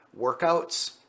workouts